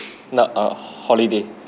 not a holiday